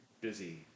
busy